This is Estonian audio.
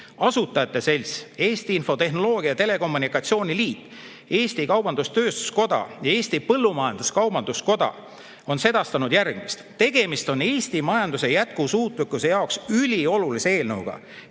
Asutajate Selts, Eesti Infotehnoloogia ja Telekommunikatsiooni Liit, Eesti Kaubandus-Tööstuskoda ja Eesti Põllumajandus-Kaubanduskoda sedastanud järgmist: "Tegemist on Eesti majanduse jätkusuutlikkuse jaoks üliolulise eelnõuga,